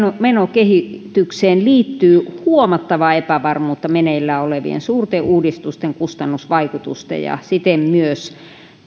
menokehitykseen liittyy huomattavaa epävarmuutta meneillään olevien suurten uudistusten kustannusvaikutusten ja siten myös